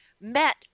met